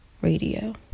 Radio